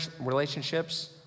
relationships